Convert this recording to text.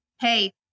hey